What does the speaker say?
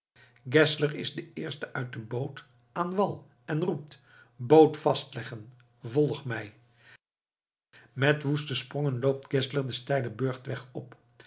is de eerste uit de boot aan den wal en roept boot vastleggen volgt mij met woeste sprongen loopt geszler den steilen burchtweg op